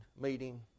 meeting